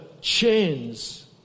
chains